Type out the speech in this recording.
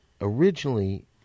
Originally